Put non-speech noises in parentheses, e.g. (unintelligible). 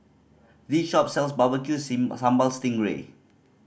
this shop sells barbecue (unintelligible) sambal sting ray